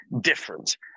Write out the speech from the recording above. different